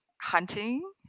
hunting